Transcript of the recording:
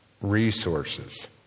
resources